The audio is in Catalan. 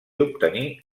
obtenir